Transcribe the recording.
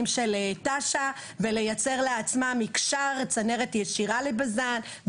של תש"ן ולייצר לעצמם מקשר וצנרת ישירה לבז"ן,